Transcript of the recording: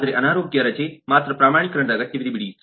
ಆದರೆ ಅನಾರೋಗ್ಯ ರಜೆ ಮಾತ್ರ ಪ್ರಮಾಣೀಕರಣದ ಅಗತ್ಯವಿದೆ ಬಿಡಿ